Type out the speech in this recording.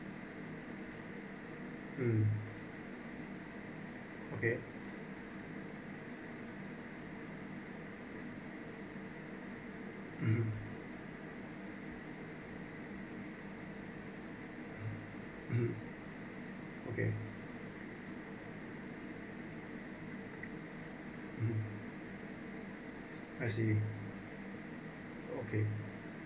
mm okay (uh huh) (uh huh) okay (uh huh) I see okay